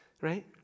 right